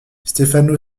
stefano